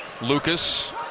Lucas